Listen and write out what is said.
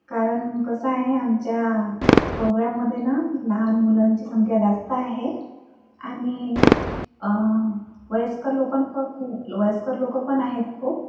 कारण कसं आहे आमच्या प्रोग्राममध्ये ना लहान मुलांची संख्या जास्त आहे आणि वयस्कर लोकन पण खू वयस्कर लोक पण आहेत खूप